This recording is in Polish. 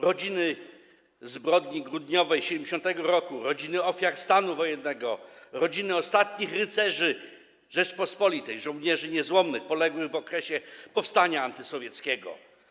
Rodziny ofiar zbrodni grudniowej 1970 r., rodziny ofiar stanu wojennego, rodziny ostatnich rycerzy Rzeczypospolitej, żołnierzy niezłomnych poległych w okresie powstania antysowieckiego.